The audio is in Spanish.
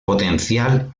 potencial